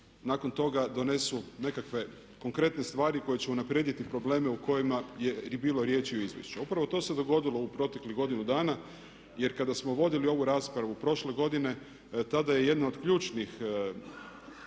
nakon toga donesu nekakve konkretne stvari koje će unaprijediti probleme u kojima je i bilo riječi u izvješću. Upravo to se dogodilo u proteklih godinu dana, jer kada smo vodili ovu raspravu prošle godine tada je jedna od ključnih